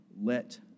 let